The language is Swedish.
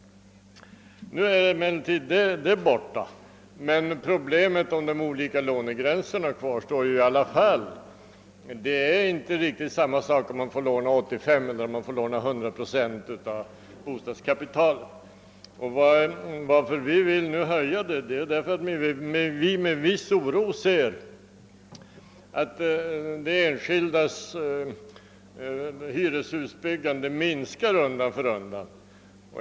Nu är emellertid det problemet borta, men problemet med de olika lånegränserna kvarstår i alla fall. Det är inte riktigt samma sak, om man får låna 85 procent eller om man får låna 100 procent av bostadskapitalet. Anledningen till att vi nu vill höja procentsatsen är att vi med viss oro ser att de enskildas hyrehusbyggande minskar undan för undan.